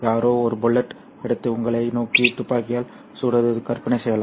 யாரோ ஒரு புல்லட் எடுத்து உங்களை நோக்கி துப்பாக்கியால் சுடுவது கற்பனை செய்யலாம்